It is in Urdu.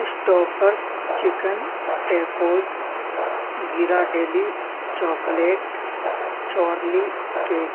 اسٹافرس چکن ٹیکوز گرا ڈیلی چاکلیٹ چارلی کیک